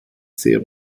sehr